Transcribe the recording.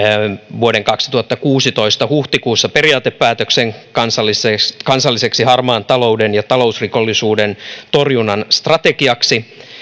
vuoden kaksituhattakuusitoista huhtikuussa periaatepäätöksen kansalliseksi kansalliseksi harmaan talouden ja talousrikollisuuden torjunnan strategiaksi